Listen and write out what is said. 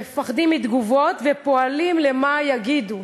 מפחדים מתגובות ופועלים לפי מה יגידו,